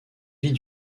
vie